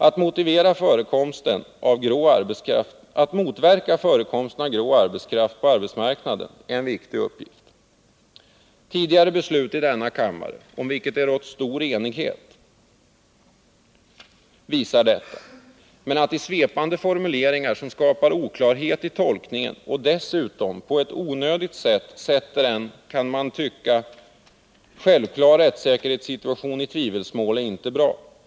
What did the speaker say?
Att motverka förekomsten av s.k. grå arbetskraft på arbetsmarknaden är en viktig uppgift — tidigare beslut i denna kammare, om vilka det rått stor enighet, visar detta — men att i svepande formuleringar som skapar oklarhet i tolkningen och dessutom på ett onödigt sätt sätter en som man kan tycka självklar rättssäkerhetssituation i tvivelsmål är inte bra.